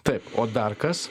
taip o dar kas